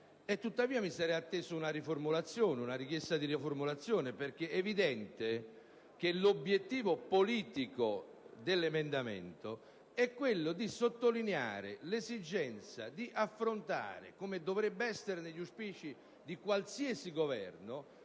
tuttavia mi sarei atteso semmai una richiesta di riformulazione, perché è evidente che l'obiettivo politico dell'emendamento è quello di sottolineare l'esigenza di affrontare - come dovrebbe essere negli auspici di qualsiasi Governo